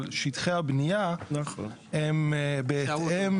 אבל שטחי הבניה הם בהתאם.